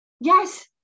Yes